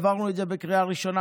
העברנו את זה בקריאה ראשונה,